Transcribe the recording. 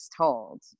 told